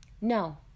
no